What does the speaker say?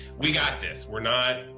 we got this. we're not,